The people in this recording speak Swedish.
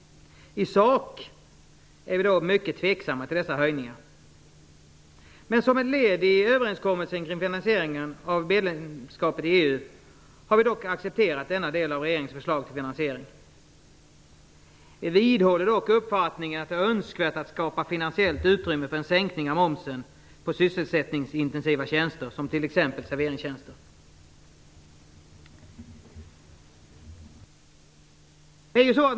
I sak är vi mycket tveksamma till dessa höjningar. Men som ett led i överenskommelsen kring finansieringen av medlemskapet i EU har vi dock accepterat denna del av regeringens förslag till finansiering. Vi vidhåller dock uppfattningen att det är önskvärt att skapa finansiellt utrymme för en sänkning av momsen på sysselsättningsintensiva tjänster som t.ex. serveringstjänster.